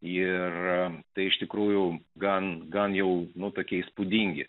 ir tai iš tikrųjų gan gan jau nu tokie įspūdingi